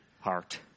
heart